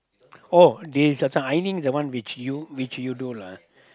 oh this certain ironing which you which you do lah